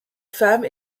femme